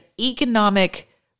economic